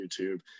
YouTube